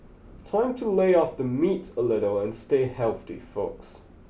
time to lay off the meat a little and stay healthy folks